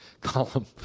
column